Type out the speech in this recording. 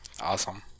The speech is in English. Awesome